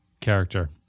character